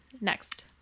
next